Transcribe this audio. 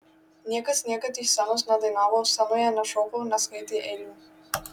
niekas niekad iš scenos nedainavo scenoje nešoko neskaitė eilių